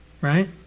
right